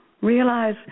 Realize